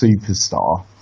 superstar